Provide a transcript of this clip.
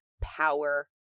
power